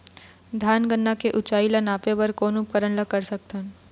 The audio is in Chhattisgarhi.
धान गन्ना के ऊंचाई ला नापे बर कोन उपकरण ला कर सकथन?